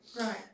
Right